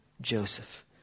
Joseph